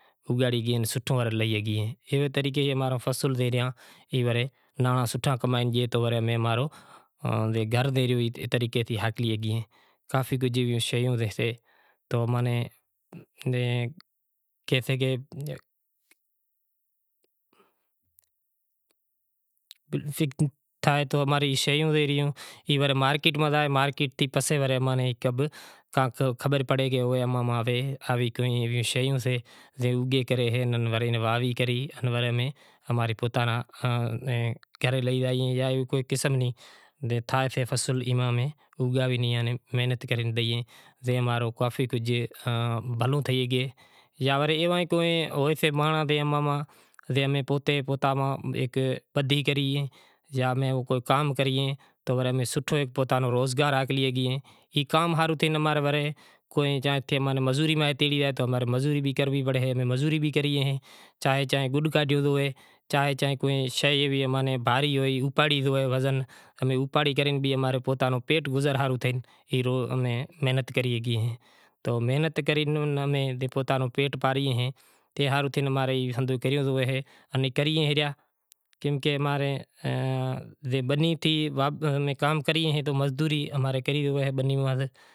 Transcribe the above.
سوٹھو ورے لہے گئیں ایوے طریقے اماں رو گھر زکو ریو ایوے طریقے مارکییٹ میں زائے پسے ورے مزوری بھی کرنووی پڑی زائے۔ چم کہ بنی میں کام کریو تو مزوری بھی کری رہی ایں۔